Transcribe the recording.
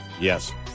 Yes